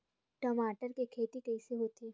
टमाटर के खेती कइसे होथे?